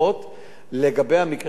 לגבי המקרה הספציפי,